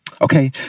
Okay